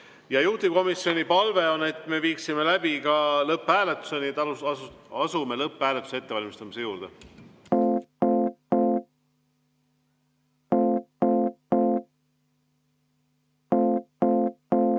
Juhtivkomisjoni palve on, et me viiksime läbi lõpphääletuse. Nii et asume lõpphääletuse ettevalmistamise juurde.